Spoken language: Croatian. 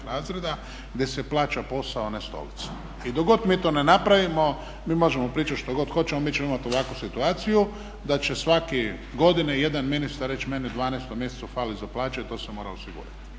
razreda gdje se plaća posao a ne stolica. I dok god mi to ne napravimo mi možemo pričati što god hoćemo mi ćemo imati ovakvu situaciju da će svake godine jedan ministar reći meni u 12. mjesecu fali za plaće i to se mora osigurati.